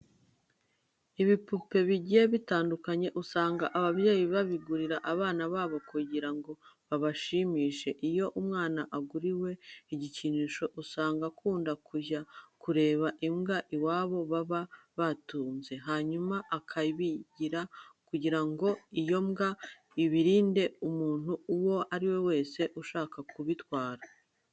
Ibipupe bigiye bitandukanye usanga ababyeyi babigurira abana babo kugira ngo babashimishe. Iyo umwana aguriwe ibikinisho usanga akunda kujya kureba imbwa iwabo baba batunze, hanyuma akabiyisigira kugira ngo iyo mbwa ibirinde umuntu uwo ari we wese ushaka kubitwara.